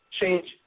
change